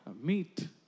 meat